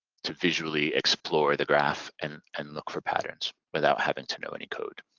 to visually explore the graph and and look for patterns without having to know any code.